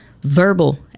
verbal